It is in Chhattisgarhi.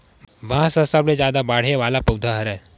बांस ह सबले जादा बाड़हे वाला पउधा हरय